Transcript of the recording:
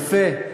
יפה.